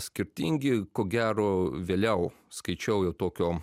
skirtingi ko gero vėliau skaičiau jau tokio